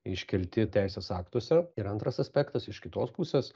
iškelti teisės aktuose ir antras aspektas iš kitos pusės